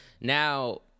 now